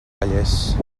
calles